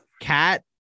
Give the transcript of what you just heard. Cat